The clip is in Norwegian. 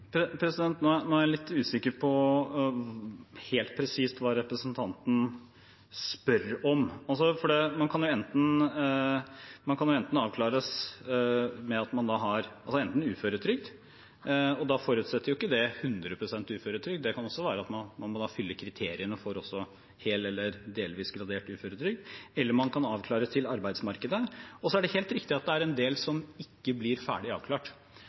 Nå er jeg litt usikker på helt presist hva representanten spør om. Man kan jo enten avklares til uføretrygd – og da forutsetter jo ikke det 100 pst. uføretrygd, det kan også være at man da må fylle kriteriene for hel eller delvis gradert uføretrygd – eller man kan avklares til arbeidsmarkedet. Så er det helt riktig at det er en del som ikke blir ferdig avklart,